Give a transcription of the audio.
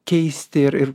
keisti ir